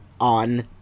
on